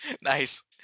Nice